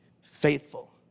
faithful